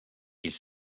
ils